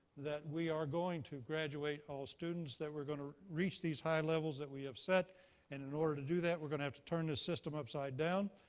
that we are going to graduate all students. that we're going to reach these high levels that we have set, and in order to do that, we're going to have to turn this system upside-down.